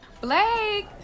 Blake